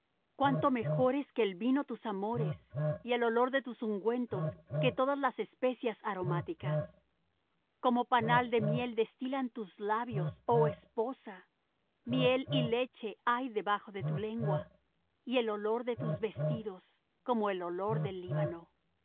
cuánto mejores que el vino tus amores y el olor de tus ungüentos que todas las especias aromáticas como panal de miel destilan tus labios oh esposa miel y leche hay debajo de tu lengua y el olor de tus vestidos como el olor del líbano